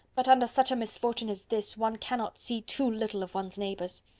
but, under such a misfortune as this, one cannot see too little of one's neighbours.